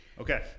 Okay